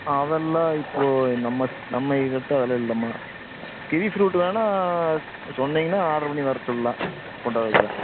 அதெல்லாம் இப்போது நம்ம நம்ம இதுகிட்டே அதெல்லாம் இல்லைம்மா கிவி ப்ரூட் வேணால் சொன்னீங்கனால் ஆர்ட்ரு பண்ணி வரச் சொல்லலாம் கொண்டாற வைக்கலாம்